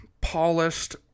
polished